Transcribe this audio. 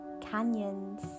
canyons